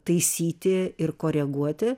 taisyti ir koreguoti